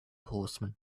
horsemen